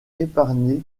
épargné